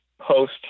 post